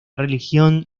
religión